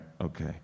okay